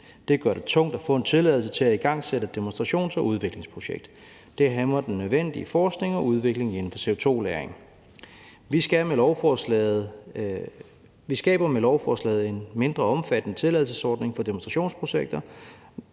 Det gør det tungt at få en tilladelse til at igangsætte demonstrations- og udviklingsprojekter. Det hæmmer den nødvendige forskning og udvikling inden for CO2-lagring. Vi skaber med lovforslaget en mindre omfattende tilladelsesordning for demonstrationsprojekter,